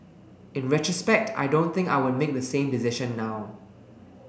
in retrospect I don't think I would make the same decision now